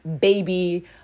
baby